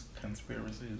conspiracies